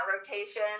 rotation